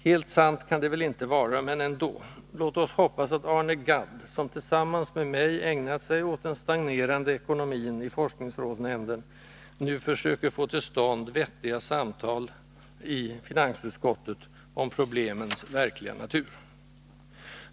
Helt sant kan det väl inte vara, men ändå: låt oss hoppas att Arne Gadd — som tillsammans med mig ägnat sig åt den stagnerande ekonomin i forskningsrådsnämnden — nu försöker få till stånd vettiga samtal i finansutskottet om problemens verkliga natur.